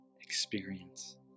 experience